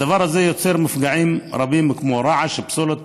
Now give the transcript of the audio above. הדבר הזה יוצר מפגעים רבים, כמו רעש, פסולת